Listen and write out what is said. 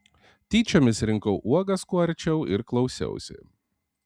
tyčiomis rinkau uogas kuo arčiau ir klausiausi